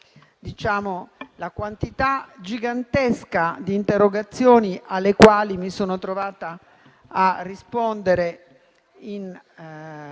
la quantità gigantesca di interrogazioni alle quali mi sono trovata a rispondere in